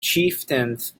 chieftains